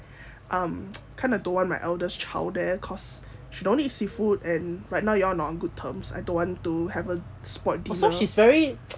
um kind of don't want my oldest child there cause she don't eat seafood and right now you all are not on good terms I don't want to have a spoilt dinner